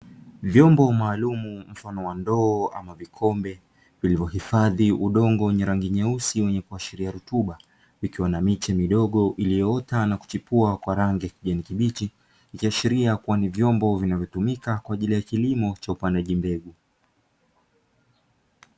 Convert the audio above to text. Vyombo maalum mfano wa ndoo ama vikombe, vilivyohifadhi udongo wenye rangi nyeusi wenye kuashiria rutuba, vikiwa na miche midogo iliyoota na kuchipua kwa rangi ya kijani kibichi, ikiashiria kuwa ni vyombo vinavyotumika kwa ajili ya kilimo cha upandaji mbegu.